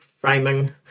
framing